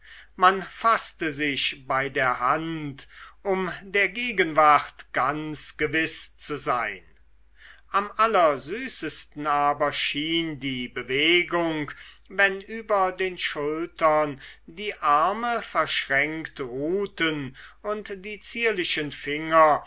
man faßte sich bei der hand um der gegenwart ganz gewiß zu sein am allersüßesten aber schien die bewegung wenn über den schultern die arme verschränkt ruhten und die zierlichen finger